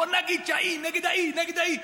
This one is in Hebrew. בוא נגיד שההיא נגד ההיא נגד ההיא.